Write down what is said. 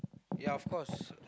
ya of course